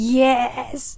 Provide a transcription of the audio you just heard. yes